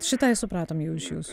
šitai supratom jau iš jūsų